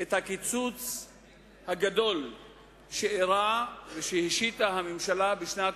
את הקיצוץ הגדול שאירע ושהשיתה הממשלה בשנת